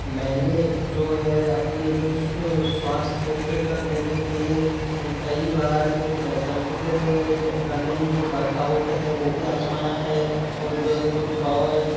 मैंने जो है अपने जो स्वा स्वास्थ को फ़िट रखने के लिए कई बार जो वैकल्पिक रनिंग जो वर्कआउट है वो भी आज़माया है और जो ट्रॉल